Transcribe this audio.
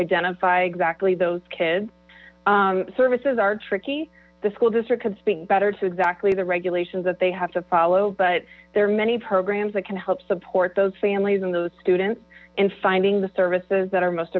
identify exactly those kids services are tricky the school district could speak better to exactly the regulations that they have t follow but there are many programs that can help support those families and those students in finding the services that are most